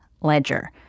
Ledger